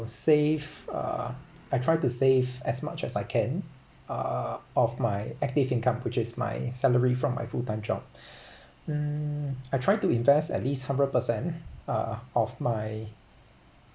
save uh I try to save as much as I can uh of my active income which is my salary from my full time job mm I try to invest at least hundred per cent uh of my